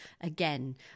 again